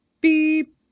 beep